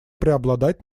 преобладать